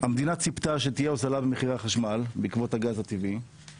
המדינה ציפתה שתהיה הוזלה במחירי החשמל בעקבות הגז הטבעי,